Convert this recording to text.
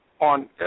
on